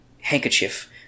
handkerchief